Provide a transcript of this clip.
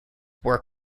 were